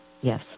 Yes